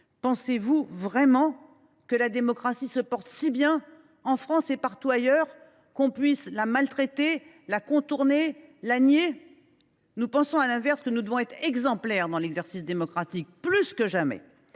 Pensez vous vraiment que la démocratie se porte si bien, en France et partout ailleurs, que l’on puisse la maltraiter, la contourner, la nier ? Il nous semble, à l’inverse, que nous devons être exemplaires dans l’exercice démocratique, plus que jamais